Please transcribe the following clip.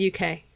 UK